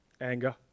anger